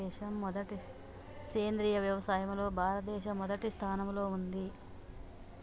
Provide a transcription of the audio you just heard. సేంద్రియ వ్యవసాయంలో భారతదేశం మొదటి స్థానంలో ఉంది